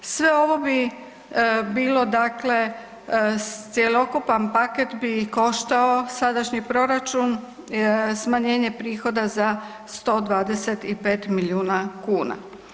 Sve ovo bi bilo dakle, cjelokupan paket bi koštao sadašnji proračun smanjenje prihoda za 125 milijuna kuna.